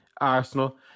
Arsenal